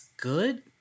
good